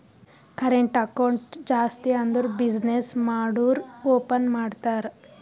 current account ಜಾಸ್ತಿ ಅಂದುರ್ business ಮಾಡೂರು ಓಪನ್ ಮಾಡ್ತಾರ